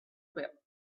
well